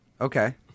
Okay